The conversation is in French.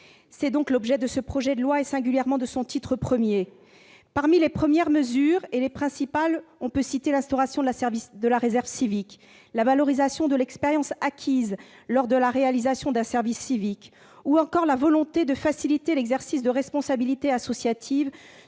d'ailleurs l'objet de ce projet de loi et, singulièrement, de son titre I. Parmi ses principales mesures, on peut citer l'instauration de la réserve civique, la valorisation de l'expérience acquise lors de la réalisation d'un service civique ou encore la volonté de faciliter l'exercice de responsabilités associatives,